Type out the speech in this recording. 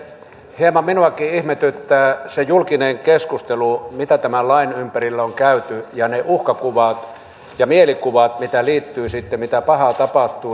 hieman minuakin ihmetyttää se julkinen keskustelu mitä tämän lain ympärillä on käyty ja ne uhkakuvat ja mielikuvat mitkä siihen liittyvät sitten mitä pahaa tapahtuu